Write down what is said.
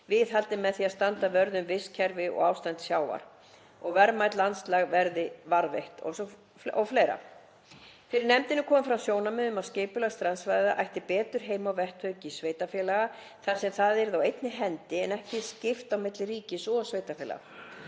viðhaldið með því að standa vörð um vistkerfi og ástand sjávar, að verðmætt landslag verði varðveitt o.fl. Fyrir nefndinni komu fram sjónarmið um að skipulag strandsvæða ætti betur heima á vettvangi sveitarfélaga þar sem það yrði á einni hendi en ekki skipt á milli ríkis og sveitarfélaga.